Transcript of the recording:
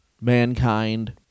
Mankind